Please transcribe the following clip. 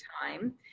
time